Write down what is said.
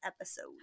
episode